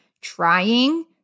trying